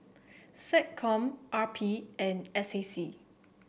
SecCom R P and S A C